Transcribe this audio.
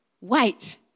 Wait